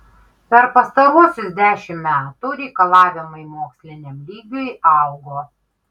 per pastaruosius dešimt metų reikalavimai moksliniam lygiui augo